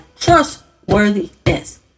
trustworthiness